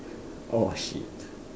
oh shit